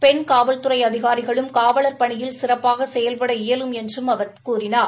பெண் காவல்துறை அதிகாரிகளும் காவலர் பணியில் சிறப்பாக செயல்பட இயலும் என்றும் அவர் கூறினார்